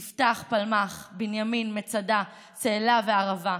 יפתח-פלמח, בנימין, מצדה, צאלה וערבה,